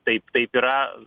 taip taip yra